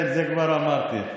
כל העובדים, כן, את זה כבר אמרתי.